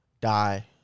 die